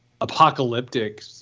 apocalyptic